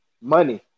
money